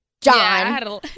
John